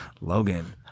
Logan